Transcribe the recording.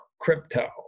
crypto